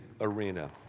arena